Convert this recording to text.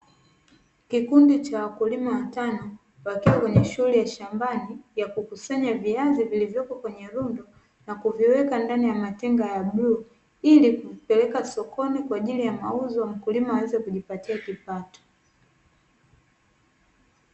Kikundi cha wakulima watano, wakiwa kwenye shughuli ya shambani ya kukusanya viazi vilivyopo kwenye rundo na kuviweka ndani ya matenga ya bluu, ili kuvipeleka sokoni kwa ajili ya mauzo; mkulima aweze kujipatia kipato.